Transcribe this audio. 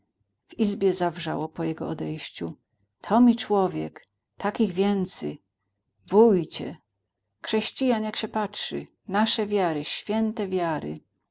izbie zawrzało po jego odejściu to mi człek takich więcy wójcie krześcijan jak sie patrzy nasze wiary święte wiary